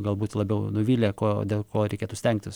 galbūt labiau nuvylė ko dėl ko reikėtų stengtis